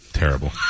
Terrible